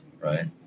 Right